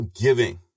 giving